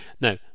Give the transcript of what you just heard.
Now